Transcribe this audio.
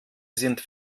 sind